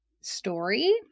story